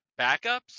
backups